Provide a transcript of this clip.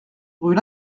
rue